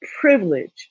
privilege